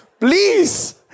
Please